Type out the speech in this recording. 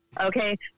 okay